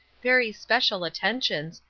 very special attentions,